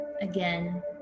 Again